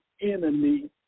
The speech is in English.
enemy